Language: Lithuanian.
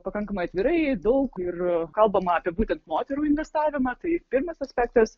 pakankamai atvirai daug ir kalbama apie būtent moterų investavimą tai pirmas aspektas